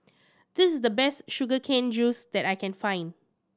this is the best sugar cane juice that I can find